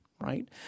right